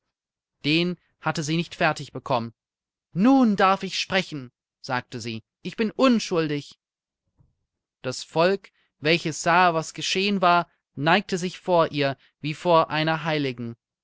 den hatte sie nicht fertig bekommen nun darf ich sprechen sagte sie ich bin unschuldig das volk welches sah was geschehen war neigte sich vor ihr wie vor einer heiligen